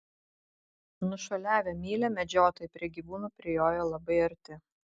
nušuoliavę mylią medžiotojai prie gyvūnų prijojo labai arti